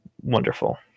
wonderful